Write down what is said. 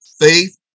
Faith